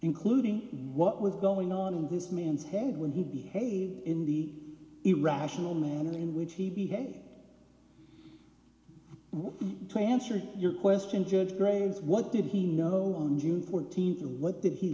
including what was going on in this man's head when he behaved in the irrational manner in which he had transferred your question judge graves what did he know on june fourteenth and what did he